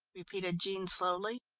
repeated jean slowly.